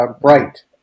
bright